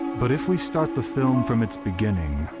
but if we start the film from its beginning.